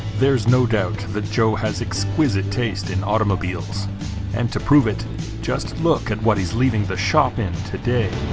there's no doubt that joe has exquisite taste in automobiles and to prove it just look at what he's leaving the shop in today